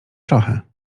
trochę